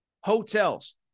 hotels